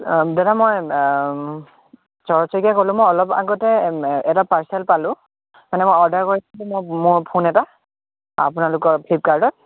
অঁ দাদা মই শৰৎ শইকীয়াই ক'লোঁ মই অলপ আগতে এটা পাৰ্চেল পালোঁ মানে মই অৰ্ডাৰ কৰিছিলোঁ মোৰ ফোন এটা আপোনালোকৰ ফ্লিপকাৰ্টত